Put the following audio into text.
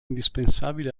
indispensabile